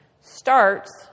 starts